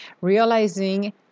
realizing